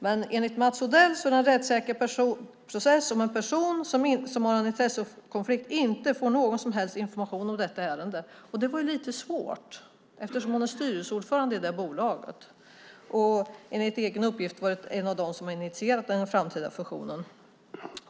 Men enligt Mats Odell är det en rättssäker process om en person som har en intressekonflikt inte får någon som helst information om ärendet. Det var ju lite svårt, eftersom hon är styrelseordförande i detta bolag och enligt egen uppgift har varit en av dem som har initierat den framtida fusionen.